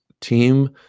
team